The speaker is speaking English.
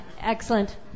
Excellent